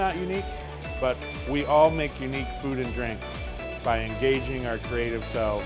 not unique but we all make you need food and drink buying gaging are treated so